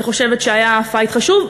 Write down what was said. אני חושבת שהיה "פייט" חשוב,